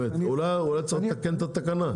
אולי צריך לתקן את התקנה.